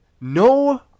no